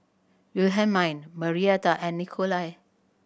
Wilhelmine Marietta and Nikolai